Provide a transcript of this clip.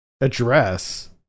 address